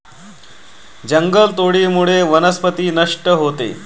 जंगलतोडीमुळे वनस्पती नष्ट होते